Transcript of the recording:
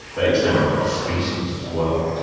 they extend to other species as well.